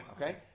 okay